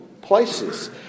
places